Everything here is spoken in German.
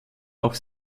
auch